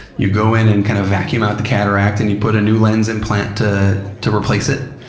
you go in and kind of vacuum out the cataract, and you put a new lens implant to to replace it,